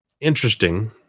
interesting